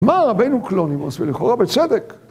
מה הרבנו קלונימוס ולכאורה בצדק?